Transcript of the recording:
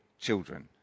children